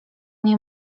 nie